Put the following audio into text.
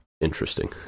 interesting